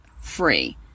free